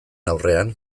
aurrean